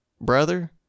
brother